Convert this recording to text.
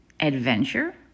adventure